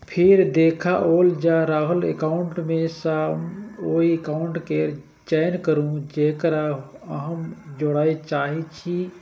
फेर देखाओल जा रहल एकाउंट मे सं ओहि एकाउंट केर चयन करू, जेकरा अहां जोड़य चाहै छी